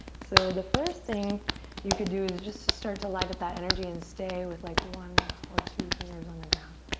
so the first thing you can do is just to start to light up that energy and stay with like one or two fingers on the ground.